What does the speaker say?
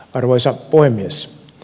arvoisa puhemies